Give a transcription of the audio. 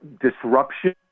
disruption